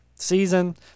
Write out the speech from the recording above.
season